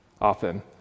often